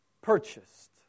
Purchased